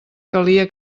calia